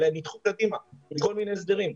אלא שהן נדחו קדימה בכל מיני הסדרים,